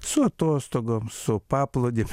su atostogom su paplūdimiu